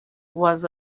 was